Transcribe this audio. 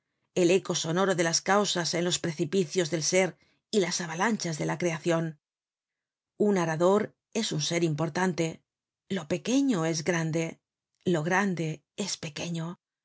el eco sonoro de las causas en los precipicios del ser y las avalanchas de la creacion un arador es un ser importante lo pequeño es grande lo grande es pequeño